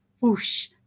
whoosh